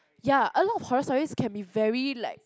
ya a lot of horror stories can be very like